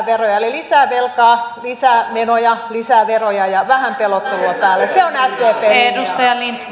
eli lisää velkaa lisää menoja lisää veroja ja vähän pelottelua päälle se on sdpn linja